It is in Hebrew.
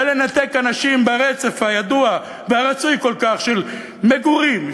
ולנתק אנשים ברצף הידוע והרצוי כל כך של מגורים,